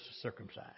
circumcised